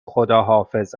خداحافظ